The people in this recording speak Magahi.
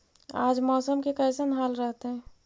आज मौसम के कैसन हाल रहतइ?